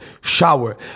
shower